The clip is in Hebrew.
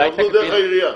יעברו דרך העירייה.